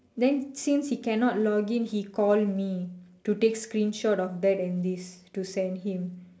then since he cannot login he call me to take screenshot of that and this to send him